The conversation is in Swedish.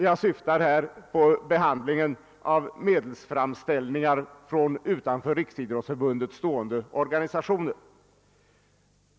Jag syftar på behandlingen av medelsframställningar från utanför Riksidrottsförbundet stående organisationer.